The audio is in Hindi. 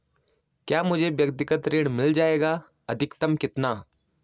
क्या मुझे व्यक्तिगत ऋण मिल जायेगा अधिकतम कितना?